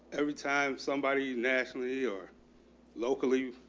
every time somebody nationally or locally